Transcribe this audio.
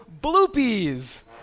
Bloopies